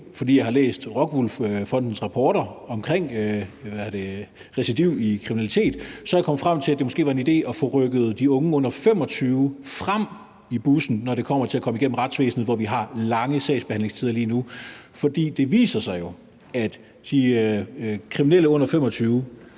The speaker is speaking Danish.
fordi jeg har læst Rockwoolfondens rapporter om recidiv i kriminalitet, kommet frem til, at det måske var en idé at få rykket de unge under 25 år frem i bussen, når det kommer til at komme igennem retsvæsenet, hvor vi har lange sagsbehandlingstider lige nu. For det viser sig jo, at de kriminelle under 25